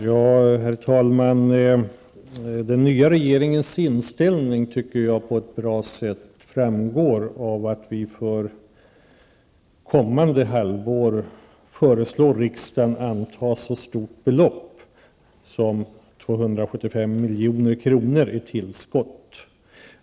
Herr talman! Jag tycker att den nya regeringens inställning framgår på ett bra sätt av att vi för kommande halvår föreslår riksdagen anta ett så stort belopp som 275 milj.kr. i tillskott.